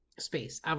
Space